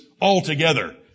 altogether